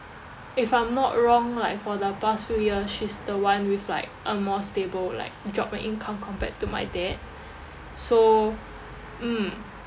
if I'm not wrong like for the past few years she's the one with like a more stable like job and income compared to my dad so mm